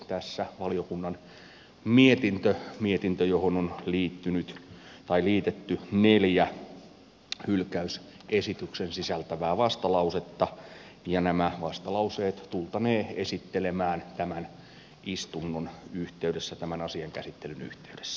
tässä valiokunnan mietintö mietintö johon on liitetty neljä hylkäysesityksen sisältävää vastalausetta ja nämä vastalauseet tultaneen esittelemään tässä istunnossa tämän asian käsittelyn yhteydessä